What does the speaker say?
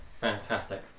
Fantastic